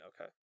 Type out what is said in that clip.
okay